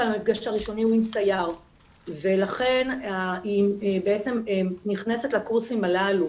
המפגש הראשוני הוא עם סייר ולכן בעצם נכנסת לקורסים הללו,